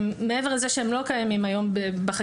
מעבר לזה שהם לא קיימים היום בחקיקה